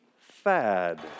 fad